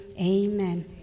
amen